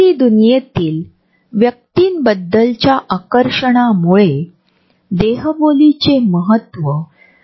उदाहरणार्थ मी जर दुसर्या व्यक्तीच्या जवळ गेलो तर ते अधिक प्रमाणात जवळीक दर्शवितात